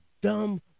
dumb